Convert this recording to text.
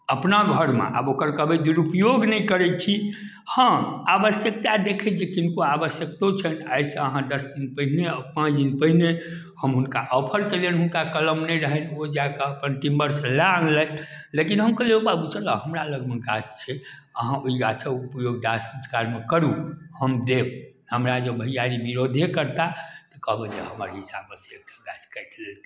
अपना घरमे आब ओकर कहबै दुरुपयोग नहि करै छी हँ आवश्यक्ता देखैत जे किनको आवश्यकतो छनि आइसँ अहाँ दस दिन पहिने पाँच दिन पहिने हम हुनका ऑफर केलियनि हुनका कलम नहि रहनि ओ जा कऽ अपन टिम्बरसँ लऽ अनलथि लेकिन हम कहलियै हौ बाबू चलह हमरा लगमे गाछ छै अहाँ ओहि गाछक उपयोग दाह संस्कारमे करू हम देब हमरा जे भैआरी विरोधे करताह कहबनि हमर हिस्सामे सँ एकटा गाछ काटि लेलकै